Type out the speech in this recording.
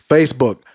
Facebook